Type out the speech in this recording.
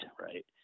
right